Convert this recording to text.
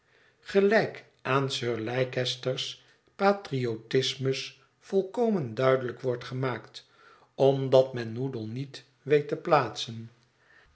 gelijk aan sir leicester's patriotismus volkomen duidelijk wordt gemaakt omdat men noodle niet weet te plaatsen